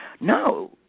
No